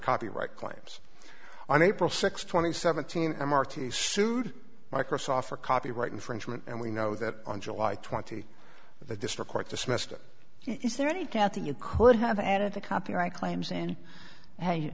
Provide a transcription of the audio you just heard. copyright claims on april sixth twenty seventeen m r t sued microsoft for copyright infringement and we know that on july twenty the district court dismissed it is there any doubt that you could have added to copyright claims and